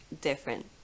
different